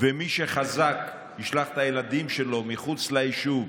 מי שחזק ישלח את הילדים שלו מחוץ ליישוב,